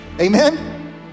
Amen